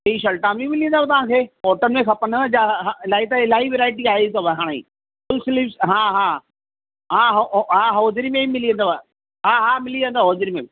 T शर्टा बि मिली वेंदव तव्हांखे कॉटन में खपनव या इलाही त इलाही वैराइटी आयूं अथव हाणे फ़ुल स्लीव हा हा हो हा होजरी में बि मिली वेंदव हा हा मिली वेंदव होजरी में